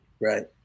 Right